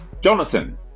Jonathan